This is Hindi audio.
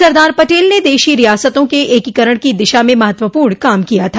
सरदार पटेल ने देशी रियासतों के एकीकरण की दिशा में महत्वपूर्ण काम किया था